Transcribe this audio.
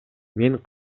мен